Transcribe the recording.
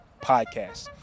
podcast